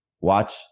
watch